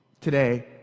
today